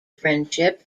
friendship